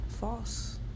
false